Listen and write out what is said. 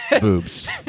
boobs